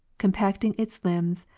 compacting its limbs,